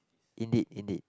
indeed indeed